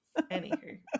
Anywho